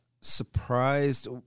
surprised